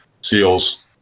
SEALs